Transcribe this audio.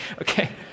Okay